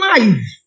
Life